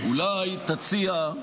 אולי תציע,